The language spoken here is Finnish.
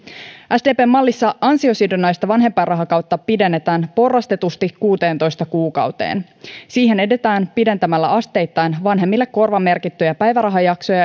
sdpn mallissa ansiosidonnaista vanhempainrahakautta pidennetään porrastetusti kuuteentoista kuukauteen siihen edetään pidentämällä asteittain vanhemmille korvamerkittyjä päivärahajaksoja